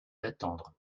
d’attendre